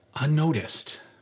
unnoticed